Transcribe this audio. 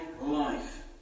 life